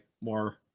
more